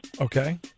Okay